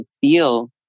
feel